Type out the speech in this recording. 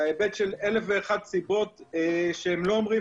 בהיבט של אלף ואחת סיבות שהם לא אומרים